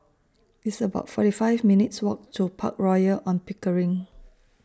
It's about forty five minutes' Walk to Park Royal on Pickering